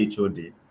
HOD